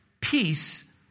peace